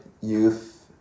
youth